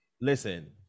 Listen